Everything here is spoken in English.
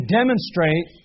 demonstrate